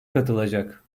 katılacak